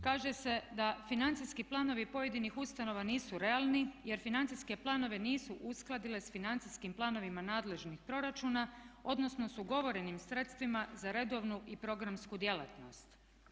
Kaže se da financijski planovi pojedinih ustanova nisu realni jer financijske planove nisu uskladile s financijskim planovima nadležnih proračuna odnosno s ugovorenim sredstvima za redovnu i programsku djelatnost.